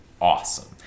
awesome